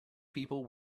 people